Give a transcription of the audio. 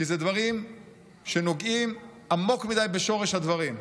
כי אלה דברים שנוגעים עמוק מדי בשורש הדברים.